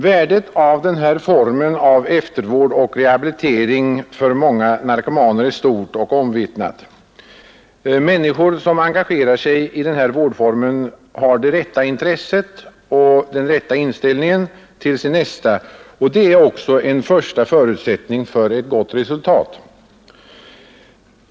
Värdet av denna form av eftervård och rehabilitering för många narkomaner är stort och omvittnat. Människor som engagerar sig i denna vårdform har det rätta intresset och den rätta inställningen till sin nästa, och det är den första förutsättningen för ett gott resultat.